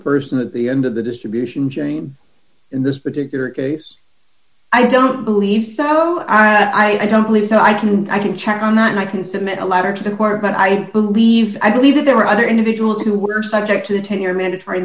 person at the end of the distribution chain in this particular case i don't believe so i don't believe so i can and i can check on that and i can submit a letter to the court but i believe i believe that there were other individuals who were subject to the ten year mandatory